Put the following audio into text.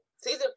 Season